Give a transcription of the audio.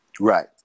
Right